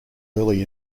early